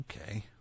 okay